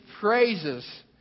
praises